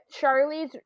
Charlie's